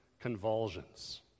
convulsions